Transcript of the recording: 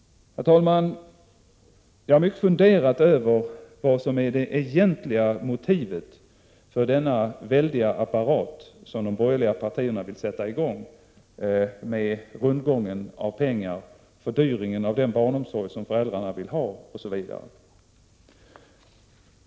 Herr talman! Jag har mycket funderat över vad som är det egentliga motivet för den väldiga apparat som de borgerliga partierna vill sätta i gång med rundgången av pengar, fördyringen av den barnomsorg som föräldrarna vill ha, osv.